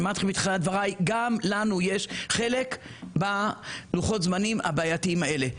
אמרתי לכם בתחילת דבריי: גם לנו יש חלק בלוחות הזמנים הבעייתיים האלה.